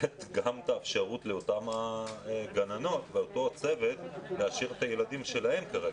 לתת גם אפשרות לאותן גננות וצוות להשאיר את הילדים שלהם כרגיל.